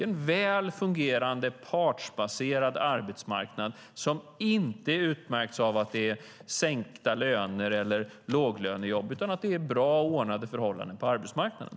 Det är en väl fungerande partsbaserad arbetsmarknad som inte utmärks av sänkta löner eller låglönejobb utan av bra och ordnade förhållanden på arbetsmarknaden.